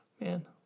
man